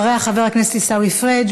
אחריה, חבר הכנסת עיסאווי פריג'.